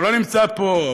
הוא לא נמצא פה,